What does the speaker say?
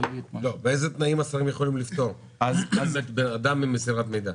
באיזה תנאים השרים יכולים לפטור אדם ממסירת מידע?